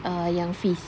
ah yang fees